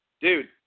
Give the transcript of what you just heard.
dude